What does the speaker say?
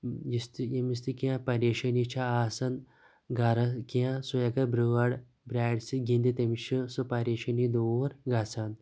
یُس تہِ ییٚمِس تہِ کِینٛہہ پریٖشٲنِی چھِ آسان گَرس کیٚنٛہہ سُہ ہیٚکہِ بٕرٲر برارِ سٟتۍ گِنٛدِتھ تٔمِس چھِ سُہ پریشٲنی دوٗر گژھان